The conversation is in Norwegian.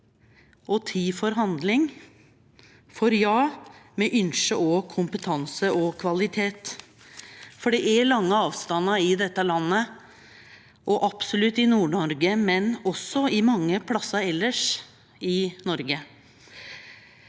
og tid for handling. For ja, me ynskjer òg kompetanse og kvalitet. Det er lange avstandar i dette landet og absolutt i Nord-Noreg, men også mange plassar elles i Noreg.